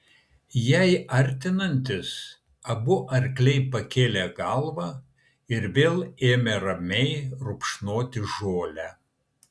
jai artinantis abu arkliai pakėlė galvą ir vėl ramiai ėmė rupšnoti žolę